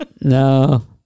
no